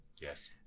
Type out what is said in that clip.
yes